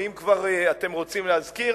ואם כבר אתם רוצים להזכיר,